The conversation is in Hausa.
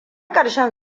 ƙarshen